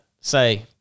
say